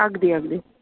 अगदी अगदी